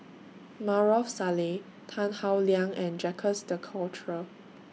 Maarof Salleh Tan Howe Liang and Jacques De Coutre